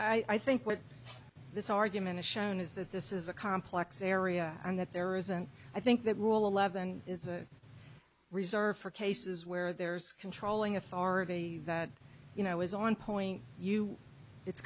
that i think what this argument is shown is that this is a complex area and that there isn't i think that rule eleven is a reserved for cases where there is controlling authority that you know is on point you it's